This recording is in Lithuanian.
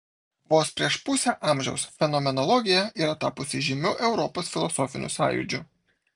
vos prieš pusę amžiaus fenomenologija yra tapusi žymiu europos filosofiniu sąjūdžiu